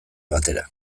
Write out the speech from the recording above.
batera